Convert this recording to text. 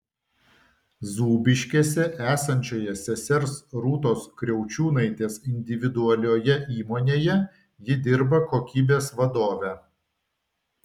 zūbiškėse esančioje sesers rūtos kriaučiūnaitės individualioje įmonėje ji dirba kokybės vadove